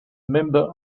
member